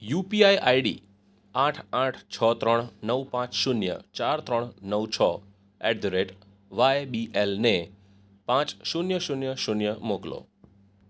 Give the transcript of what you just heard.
UPI ID આઠ આઠ છ ત્રણ નવ પાંચ શૂન્ય ચાર ત્રણ નવ છ at the rate Y B એલને પાંચ શૂન્ય શૂન્ય શૂન્ય મોકલો